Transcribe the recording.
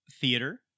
theater